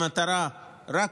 במטרה אחת,